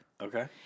Okay